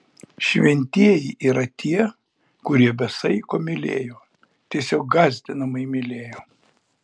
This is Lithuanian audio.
šventieji yra tie kurie be saiko mylėjo tiesiog gąsdinamai mylėjo